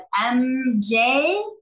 mj